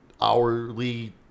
hourly